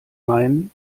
meinen